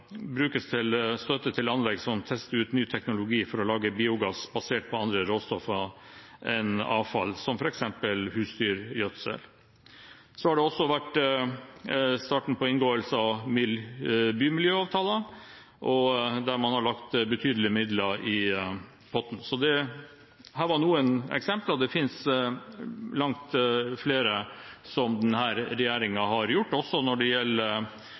brukes til støtte til anlegg som tester ut ny teknologi for å lage biogass basert på andre råstoffer enn avfall, som f.eks. husdyrgjødsel. Man har også startet å inngå bymiljøavtaler, der man har lagt betydelige midler i potten. Dette var noen eksempler, og det finnes langt flere på hva denne regjeringen har gjort, også når det gjelder